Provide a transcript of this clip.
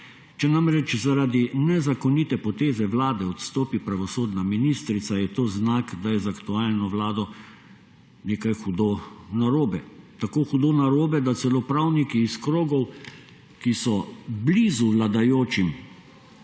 Če namreč zaradi nezakonite poteze vlade odstopi pravosodna ministrica, je to znak, da je z aktualno vlado nekaj hudo narobe. Tako hudo narobe, da celo pravniki iz krogov, ki so blizu vladajočim,